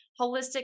holistic